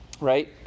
right